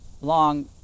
long